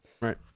Right